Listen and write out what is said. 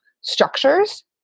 structures